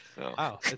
Wow